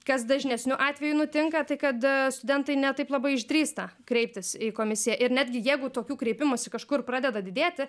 kas dažnesniu atveju nutinka tai kad studentai ne taip labai išdrįsta kreiptis į komisiją ir netgi jeigu tokių kreipimųsi kažkur pradeda didėti